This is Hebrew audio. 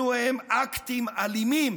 אלו הם אקטים אלימים,